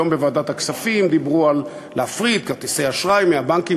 היום בוועדת הכספים דיברו על להפריד את כרטיסי האשראי מהבנקים,